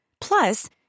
Plus